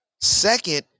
Second